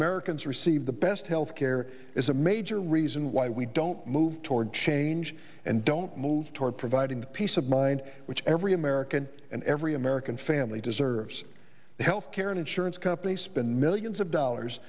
americans receive the best health care is a major reason why we don't move toward change and don't move toward providing the peace of mind which every american and every american family deserves healthcare insurance companies spend millions of dollars